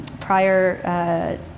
prior